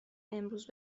امروز